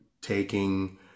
taking